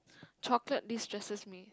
chocolate destresses me